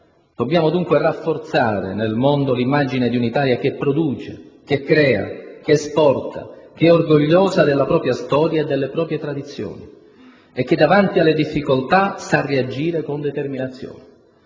Dobbiamo dunque rafforzare nel mondo l'immagine di un'Italia che produce, che crea, che esporta, che è orgogliosa della propria storia e delle proprie tradizioni e che, davanti alle difficoltà, sa reagire con determinazione.